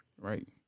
Right